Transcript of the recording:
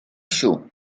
shoe